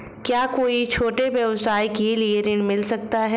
क्या कोई छोटे व्यवसाय के लिए ऋण मिल सकता है?